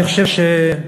אני חושב שנכון,